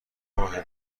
ماه